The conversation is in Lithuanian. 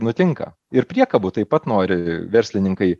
nutinka ir priekabų taip pat nori verslininkai